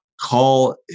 call